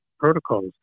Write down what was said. Protocols